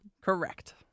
Correct